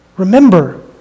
remember